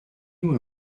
nous